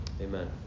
Amen